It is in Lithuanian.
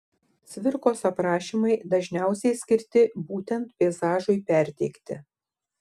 cvirkos aprašymai dažniausiai skirti būtent peizažui perteikti